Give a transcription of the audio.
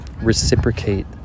reciprocate